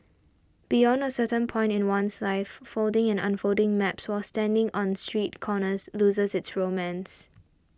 beyond a certain point in one's life folding and unfolding maps while standing on street corners loses its romance